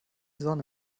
sonne